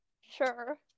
Sure